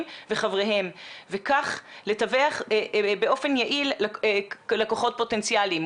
וחבריהם וכך לתווך באופן יעיל לקוחות פוטנציאליים.